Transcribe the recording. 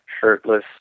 shirtless